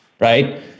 Right